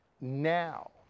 now